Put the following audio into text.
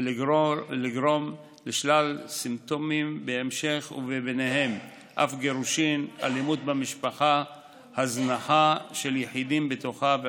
ולגרום לשלל סימפטומים בהמשך ובהם אף גירושין והזנחה של יחידים בתוכה.